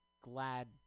Glad